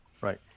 Right